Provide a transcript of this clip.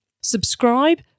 Subscribe